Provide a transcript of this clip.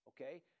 okay